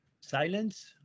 silence